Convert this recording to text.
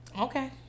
Okay